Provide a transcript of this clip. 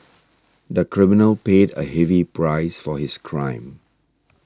the criminal paid a heavy price for his crime